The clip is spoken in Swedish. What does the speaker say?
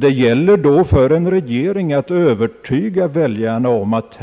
Det gäller då för en regering att övertyga väljarna om att